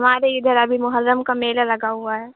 ہمارے ادھر ابھی محرم کا میلہ لگا ہوا ہے